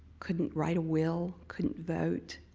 couldn't write a will, couldn't vote,